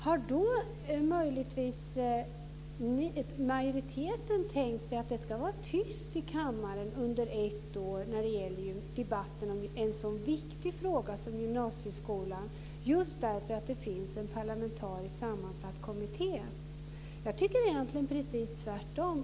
Har majoriteten tänkt sig att det ska vara tyst i kammaren under ett år när det gäller debatten om en så viktig fråga som gymnasieskolan bara för att det finns en parlamentariskt sammansatt kommitté? Jag tycker egentligen precis tvärtom.